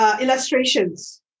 illustrations